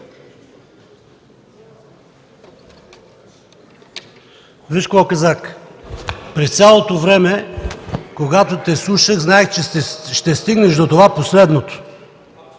(Оживление.) През цялото време, когато те слушах, знаех, че ще стигнеш до това – последното,